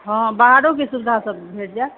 हँ बाहरोके सुविधा भ भेट जायत